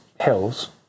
hills